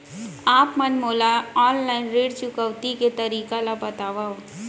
आप मन मोला ऑनलाइन ऋण चुकौती के तरीका ल बतावव?